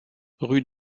rue